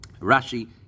Rashi